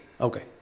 Okay